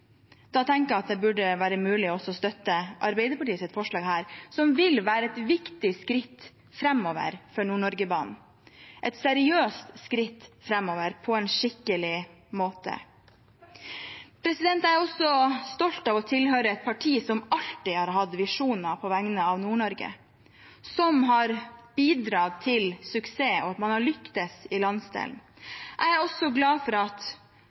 Da tenker jeg at det burde være mulig å støtte Arbeiderpartiets forslag her, som vil være et viktig skritt framover for Nord-Norge-banen – et seriøst skritt framover, på en skikkelig måte. Jeg er også stolt over å tilhøre et parti som alltid har hatt visjoner på vegne av Nord-Norge, som har bidratt til suksess og til at man har lyktes i landsdelen. Jeg er også glad for at